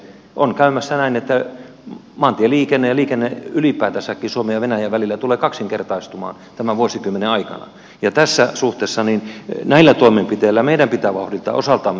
on käymässä näin että maantieliikenne ja liikenne ylipäätänsäkin suomen ja venäjän välillä tulee kaksinkertaistumaan tämän vuosikymmenen aikana ja tässä suhteessa näillä toimenpiteillä meidän pitää vauhdittaa tätä osaltamme